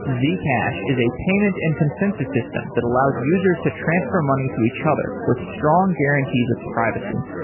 zcash is a payment and consensus system that allows users to transfer money to each other with strong guarantees of privacy.